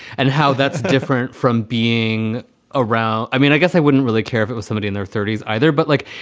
and how that's different from being around. i mean, i guess i wouldn't really care if it was somebody in their thirty s either. but, like,